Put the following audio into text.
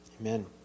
Amen